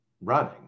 running